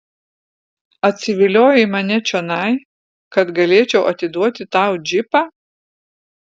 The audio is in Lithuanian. atsiviliojai mane čionai kad galėčiau atiduoti tau džipą